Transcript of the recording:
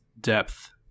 depth